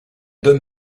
donne